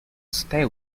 stay